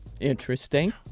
Interesting